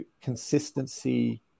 consistency